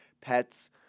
pets